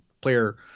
player